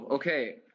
Okay